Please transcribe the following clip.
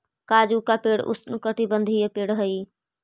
काजू का पेड़ उष्णकटिबंधीय पेड़ हई